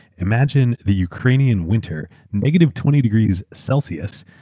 imagine the ukranian winter, negative twenty degrees celsius,